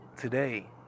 today